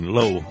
low